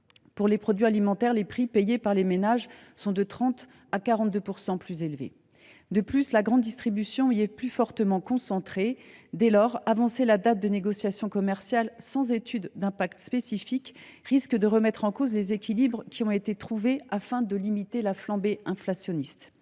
Pour les produits alimentaires, les prix payés par les ménages sont de 30 % à 42 % plus élevés. De plus, la grande distribution y est plus fortement concentrée. Dans ce contexte, avancer la date de négociation commerciale sans étude d’impact spécifique risquait de remettre en cause les équilibres qui ont été trouvés afin de limiter la flambée inflationniste.